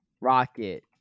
Rocket